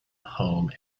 home